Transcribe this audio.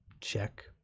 Check